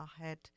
ahead